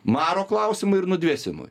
maro klausimui nudvėsimui